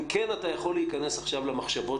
אם כן אתה יכול להיכנס עכשיו למחשבות